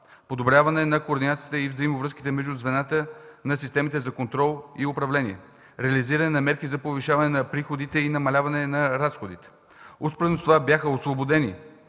подобряване на координацията и взаимовръзките между звената на системите за контрол и управление, реализиране на мерки за повишаване на приходите и намаляване на разходите. Успоредно с това бяха освободени